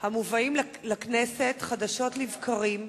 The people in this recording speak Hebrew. המובאים לכנסת חדשות לבקרים,